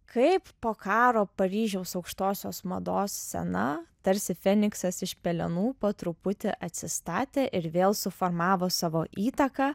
kaip po karo paryžiaus aukštosios mados scena tarsi feniksas iš pelenų po truputį atsistatė ir vėl suformavo savo įtaką